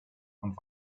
und